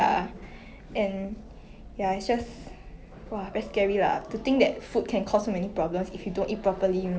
but then 现在 like media and all it's like body image and it's like so important right now then